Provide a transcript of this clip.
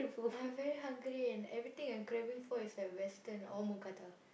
I very hungry and everything I craving for is at western or mookata